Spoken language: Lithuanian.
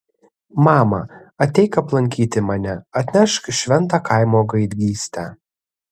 mama ateik aplankyti mane atnešk šventą kaimo gaidgystę